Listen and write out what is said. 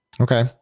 okay